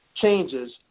Changes